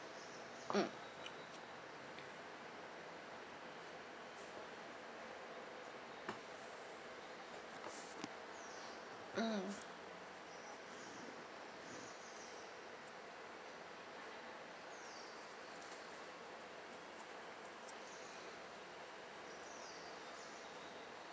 mm mm